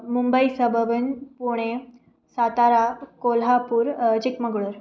मुम्बै सबबेन् पुणे सातारा कोल्हापुर् चिक्ममङ्ळूर्